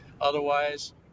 otherwise